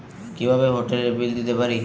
কিভাবে হোটেলের বিল দিতে পারি?